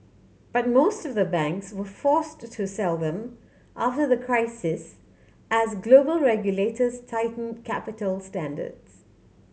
but most of the banks were forced to sell them after the crisis as global regulators tightened capital standards